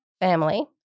family